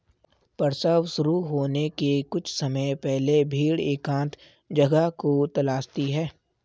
प्रसव शुरू होने के कुछ समय पहले भेड़ एकांत जगह को तलाशती है